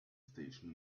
station